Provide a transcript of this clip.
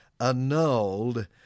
annulled